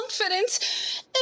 confidence